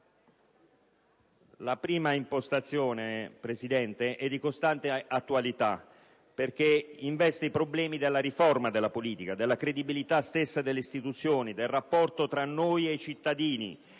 La prima impostazione è di costante attualità perché investe i problemi della riforma della politica, della credibilità stessa delle istituzioni, del rapporto tra noi e i cittadini.